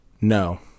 No